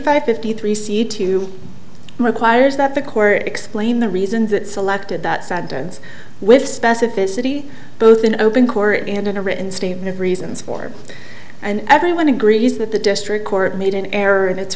five fifty three c two requires that the court explain the reason that selected that saddens with specificity both in open court and in a written statement of reasons for it and everyone agrees that the district court made an error in it